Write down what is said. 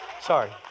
Sorry